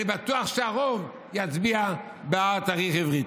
אני בטוח שהרוב יצביע בעד תאריך עברי.